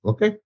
Okay